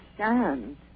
understand